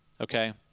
okay